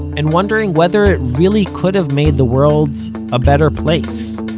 and wondering whether it really could have made the world a better place.